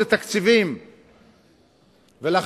זה תקציבים.